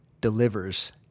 delivers